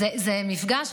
זה מפגש.